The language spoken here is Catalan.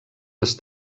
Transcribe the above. les